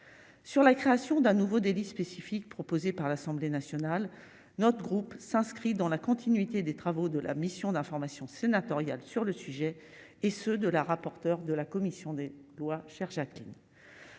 sur la création d'un nouveau délit spécifique proposée par l'Assemblée nationale, notre groupe s'inscrit dans la continuité des travaux de la mission d'information sénatoriale sur le sujet et ceux de la rapporteur de la commission des lois, cherche,